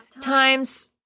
Time's